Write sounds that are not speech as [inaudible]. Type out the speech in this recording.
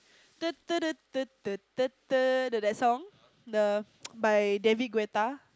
the that song the) [noise] by David-Guetta